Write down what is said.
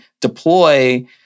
deploy